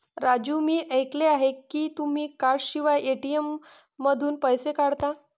राजू मी ऐकले आहे की तुम्ही कार्डशिवाय ए.टी.एम मधून पैसे काढता